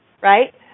right